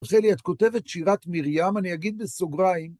רחלי, את כותבת? שירת מרים, אני אגיד בסוגריים.